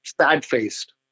sad-faced